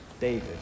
David